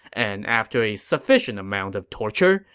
and after a sufficient amount of torture,